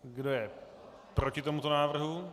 Kdo je proti tomuto návrhu?